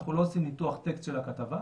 אנחנו לא עושים ניתוח טקסט של הכתבה,